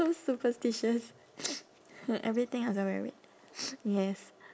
so superstitious for everything else I wear red yes